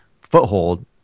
foothold